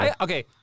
Okay